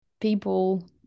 people